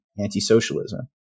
anti-socialism